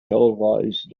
televised